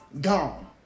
gone